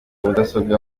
mudasobwa